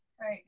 Right